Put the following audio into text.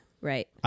Right